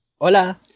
Hola